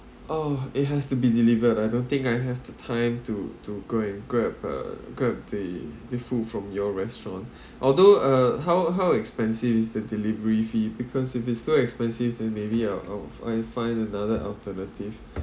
oh it has to be delivered I don't think I have the time to to go and grab uh grab the the food from your restaurant although uh how how expensive is the delivery fee because if it's so expensive then maybe I'll I'll I find another alternative